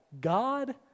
God